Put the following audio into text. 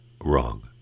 wrong